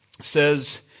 says